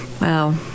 Wow